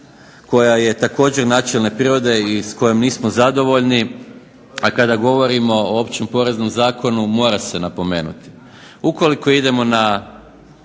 koja je također načelne prirode i s kojom nismo zadovoljni, a kada govorimo o Općem poreznom zakonu mora se napomenuti. Ukoliko idemo na